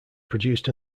produced